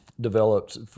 developed